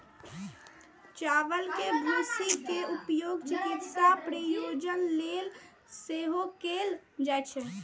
चावल के भूसी के उपयोग चिकित्सा प्रयोजन लेल सेहो कैल जाइ छै